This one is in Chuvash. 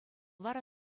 вара